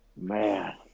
Man